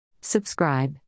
Subscribe